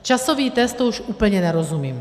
Časový test to už tomu úplně nerozumím.